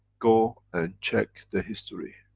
go and check the history.